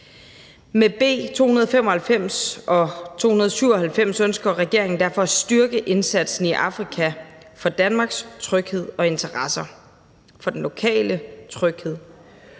Med B 295 og B 297 ønsker regeringen derfor at styrke indsatsen i Afrika for Danmarks tryghed og interesser og for den lokale tryghed.